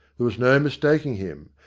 there was no mistaking him.